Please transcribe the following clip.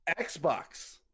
xbox